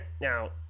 Now